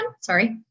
Sorry